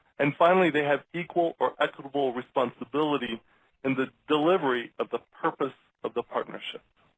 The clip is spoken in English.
and finally, they have equal or equitable responsibility in the delivery of the purpose of the partnership.